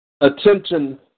Attention